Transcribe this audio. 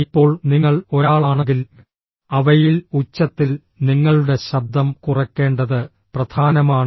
ഇപ്പോൾ നിങ്ങൾ ഒരാളാണെങ്കിൽ അവയിൽ ഉച്ചത്തിൽ നിങ്ങളുടെ ശബ്ദം കുറയ്ക്കേണ്ടത് പ്രധാനമാണ്